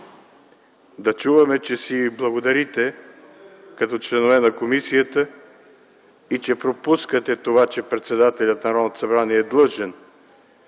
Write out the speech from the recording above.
Да чуваме, че си благодарите като членове на комисията и че пропускате това, че председателят на Народното